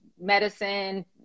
medicine